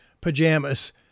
pajamas